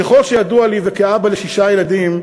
ככל שידוע לי, וכאבא לשישה ילדים,